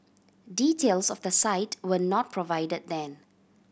details of the site were not provided then